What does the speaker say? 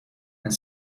and